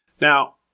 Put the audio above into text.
Now